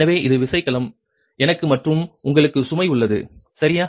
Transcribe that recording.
எனவே இது விசைக்கலம் எனக்கு மற்றும் உங்களுக்கு சுமை உள்ளது சரியா